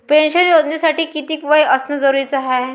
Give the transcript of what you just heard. Pension योजनेसाठी कितीक वय असनं जरुरीच हाय?